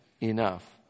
enough